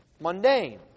mundane